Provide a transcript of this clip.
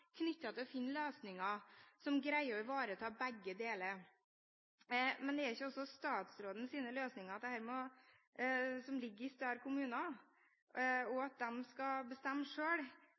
til å finne løsninger som greier å ivareta begge deler. Men er ikke også statsrådens løsning – at større kommuner skal bestemme selv – med på å bidra til at